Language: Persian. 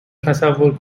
تصور